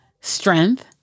strength